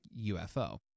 UFO